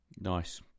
Nice